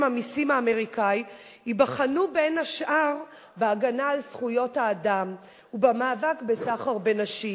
המסים האמריקני ייבחנו בין השאר בהגנה על זכויות האדם ובמאבק בסחר בנשים.